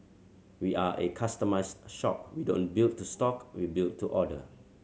we are a customised shop we don't build to stock we build to order